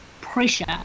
pressure